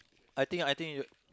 I think I think you